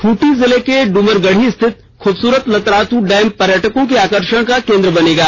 खूंटी जिले के डूमरगढ़ी स्थित खूबसूरत लतरातू डैम पर्यटकों के आकर्षण का केंद्र बनेगा